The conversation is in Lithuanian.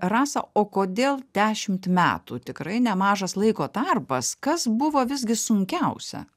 rasa o kodėl dešimt metų tikrai nemažas laiko tarpas kas buvo visgi sunkiausia